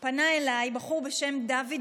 התשפ"א 2020, עברה בקריאה שלישית ותיכנס